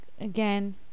again